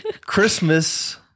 Christmas